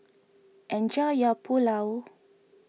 enjoy your Pulao